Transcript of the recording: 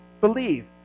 believe